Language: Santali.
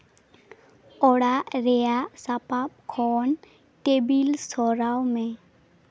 ᱚᱲᱟᱜ ᱨᱮᱭᱟᱜ ᱥᱟᱯᱟᱵ ᱠᱷᱚᱱ ᱴᱮᱵᱤᱞ ᱥᱚᱨᱟᱣ ᱢᱮ